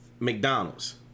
mcdonald's